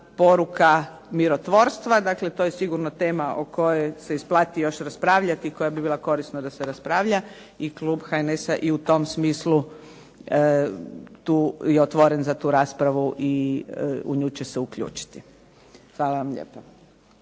poruka mirotvorstva. Dakle, to je sigurno tema o kojoj se isplati još raspravljati i koja bi bila korisno da se raspravlja. I klub HNS-a i u tom smislu tu je otvoren za tu raspravu i u nju će se uključiti. Hvala vam lijepa.